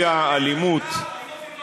ארדן שקרן.